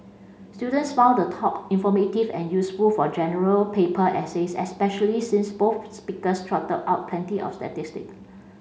students found the talk informative and useful for General Paper essays especially since both speakers trotted out plenty of statistics